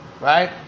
right